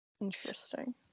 interesting